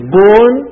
born